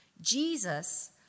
Jesus